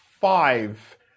five